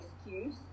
excuse